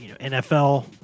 NFL